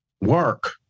work